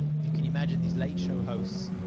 if you can imagine these late show hosts,